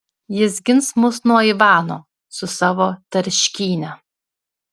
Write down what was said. jis gins mus nuo ivano su savo tarškyne